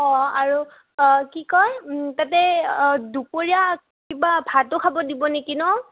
অঁ আৰু কি কয় তাতে দুপৰীয়া কিবা ভাতো খাব দিব নেকি ন